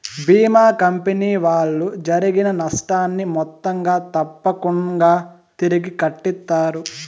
భీమా company వాళ్ళు జరిగిన నష్టాన్ని మొత్తంగా తప్పకుంగా తిరిగి కట్టిత్తారు